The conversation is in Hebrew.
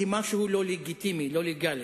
כמשהו לא לגיטימי, לא לגלי.